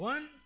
One